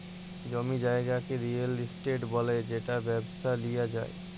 জমি জায়গাকে real estate ব্যলে যেট ব্যবসায় লিয়া যায়